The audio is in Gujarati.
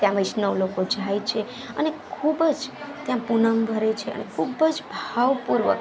ત્યાં વૈષ્ણવ લોકો જાય છે અને ખૂબ જ ત્યાં પૂનમ ભરે છે અને ખૂબ જ ભાવપૂર્વક